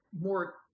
more